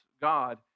God